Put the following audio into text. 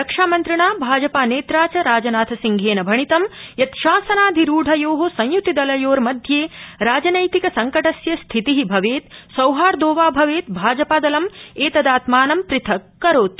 रक्षामन्त्रिणा भाजपानेत्रा च राजनाथसिंहेन भणितं यत् शासनाधिरूढयो संय्तिदलयोर्मध्ये राजनैतिक संकटस्य स्थिति भवेत् सौहार्दो वा भवेत् भाजपादलं एतदात्मानं पृथक् करोति